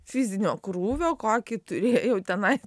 fizinio krūvio kokį turėjau tenai